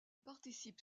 participe